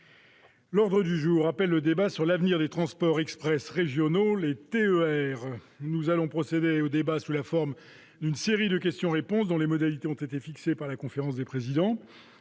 demande du groupe Les Républicains, sur l'avenir des transports express régionaux. Nous allons procéder au débat sous la forme d'une série de questions-réponses dont les modalités ont été fixées par la conférence des présidents.